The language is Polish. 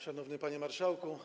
Szanowny Panie Marszałku!